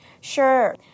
Sure